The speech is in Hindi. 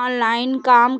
ऑनलाइन काम